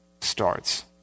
starts